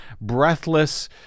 breathless